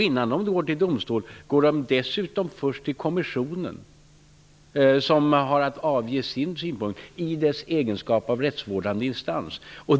Innan de går till domstol går de dessutom först till kommissionen, som i sin egenskap av rättsvårdande instans har att avge sina synpunkter.